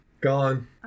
Gone